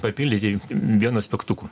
papildyti vienu aspektuku